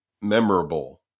memorable